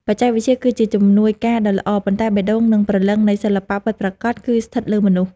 បច្ចេកវិទ្យាគឺជាជំនួយការដ៏ល្អ ប៉ុន្តែ បេះដូង និង ព្រលឹងនៃសិល្បៈពិតប្រាកដគឺស្ថិតលើមនុស្ស។